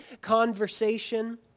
conversation